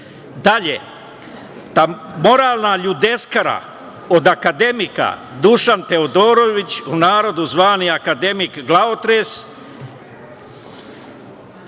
Dalje, ta moralna ljudeskara od akademika Dušan Teodorović, u narodu zvani akademik glavotres